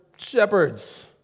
Shepherds